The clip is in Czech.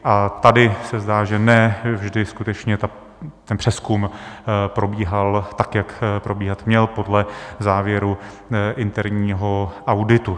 A tady se zdá, že ne vždy skutečně ten přezkum probíhal tak, jak probíhat měl, podle závěru interního auditu.